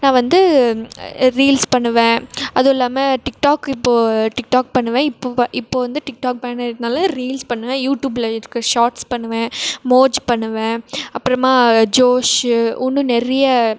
நான் வந்து ரீல்ஸ் பண்ணுவேன் அதுவுல்லாமல் டிக்டாக் இப்போது டிக்டாக் பண்ணுவேன் இப்போது இப்போது வந்து டிக்டாக் ஃபேன் ஆகிருக்கதுனால ரீல்ஸ் பண்ணுவேன் யூடியூபில் இருக்கற ஷார்ட்ஸ் பண்ணுவேன் மோஜ் பண்ணுவேன் அப்பறமா ஜோஷு இன்னும் நிறைய